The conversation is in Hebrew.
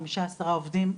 חמישה או עשרה עובדים,